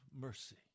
mercy